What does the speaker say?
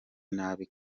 nabi